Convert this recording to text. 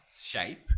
shape